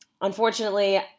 Unfortunately